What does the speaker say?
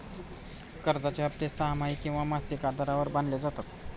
कर्जाचे हप्ते सहामाही किंवा मासिक आधारावर बांधले जातात